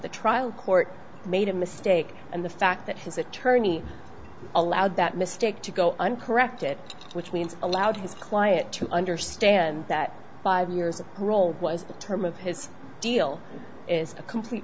the trial court made a mistake and the fact that his attorney allowed that mistake to go uncorrected which means allowed his client to understand that five years old was the term of his deal is a